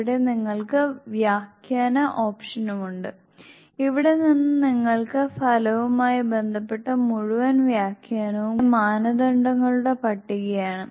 ഇവിടെ നിങ്ങൾക്ക് വ്യാഖ്യാന ഓപ്ഷനും ഉണ്ട് ഇവിടെ നിന്ന് നിങ്ങൾക്ക് ഫലവുമായി ബന്ധപ്പെട്ട മുഴുവൻ വ്യാഖ്യാനവും കാണാം ഇവിടെ മാനദണ്ഡങ്ങളുടെ പട്ടികയാണ്